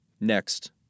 Next